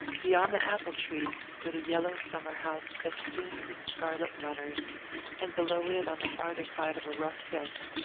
beyond the apple trees stood a yellow summer-house festooned with scarlet runners and below it, on the farther side of a rough fence,